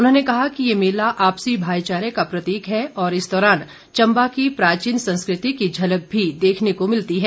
उन्होंने कहा कि ये मेला आपसी भाईचारे का प्रतीक है और इस दौरान चम्बा की प्राचीन संस्कृति की झलक भी देखने को मिलती है